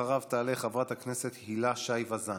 אחריו תעלה חברת הכנסת הילה שי וזאן.